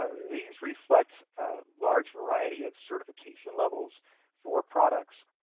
ah these reflect a large variety of certification levels for products.